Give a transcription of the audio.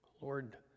lord